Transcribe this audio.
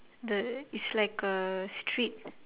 the is like a street